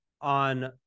on